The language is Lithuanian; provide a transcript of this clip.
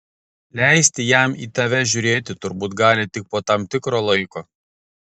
leisti jam į tave žiūrėti turbūt gali tik po tam tikro laiko